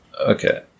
okay